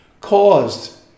caused